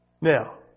Now